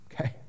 Okay